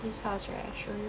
this house right I show you